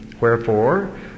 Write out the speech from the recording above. wherefore